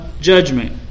judgment